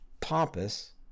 pompous